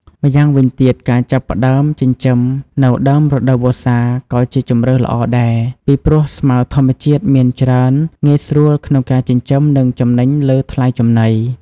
ម្យ៉ាងវិញទៀត ការចាប់ផ្តើមចិញ្ចឹមនៅដើមរដូវវស្សាក៏ជាជម្រើសល្អដែរ ពីព្រោះស្មៅធម្មជាតិមានច្រើនងាយស្រួលក្នុងការចិញ្ចឹមនិងចំណេញលើថ្លៃចំណី។